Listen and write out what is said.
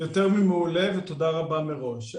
יותר ממעולה, ותודה רבה מראש.